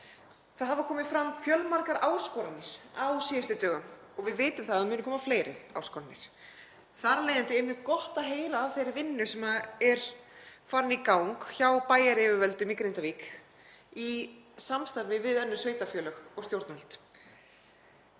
Það hafa komið fram fjölmargar áskoranir á síðustu dögum og við vitum að það munu koma fleiri áskoranir, þar af leiðandi er mjög gott að heyra af þeirri vinnu sem er farin í gang hjá bæjaryfirvöldum í Grindavík í samstarfi við önnur sveitarfélög og stjórnvöld.